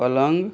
पलंग